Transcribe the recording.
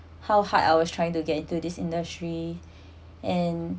how hard I was trying to get into this industry and